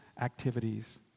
activities